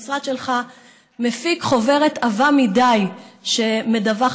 המשרד שלך מפיק חוברת עבה מדי שמדווחת